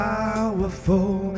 Powerful